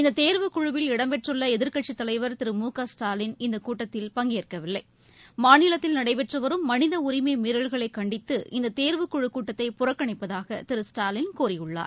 இந்த தேர்வுக் குழுவில் இடம்பெற்றுள்ள எதிர்க்கட்சித் தலைவர் திரு மு க ஸ்டாலின் இந்த கூட்டத்தில் பங்கேற்கவில்லை மாநிலத்தில் நடைபெற்று வரும் மனித உரிமை மீறல்களை கண்டித்து இந்த தேர்வுக்குழுக் கூட்டத்தை புறக்கணிப்பதாக திரு ஸ்டாலின் கூறியுள்ளார்